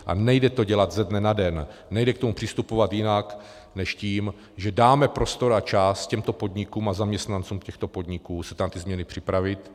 A nejde to dělat ze dne na den, nejde k tomu přistupovat jinak než tím, že dáme prostor a čas těmto podnikům a zaměstnancům těchto podniků se na ty změny připravit.